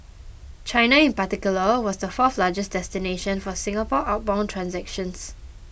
China in particular was the fourth largest destination for Singapore outbound transactions